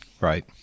Right